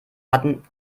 hatten